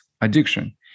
addiction